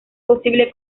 posible